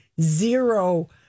zero